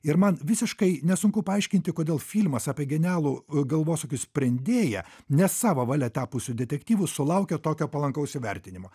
ir man visiškai nesunku paaiškinti kodėl filmas apie genialų galvosūkių sprendėją ne savo valia tapusiu detektyvu sulaukė tokio palankaus įvertinimo